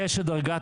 רק מי שהתפרץ?